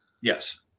Yes